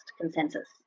consensus